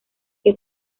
que